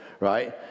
right